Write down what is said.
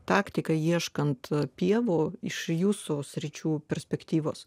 taktika ieškant pievų iš jūsų sričių perspektyvos